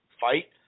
fight